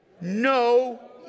no